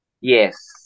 Yes